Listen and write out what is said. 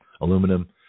Aluminum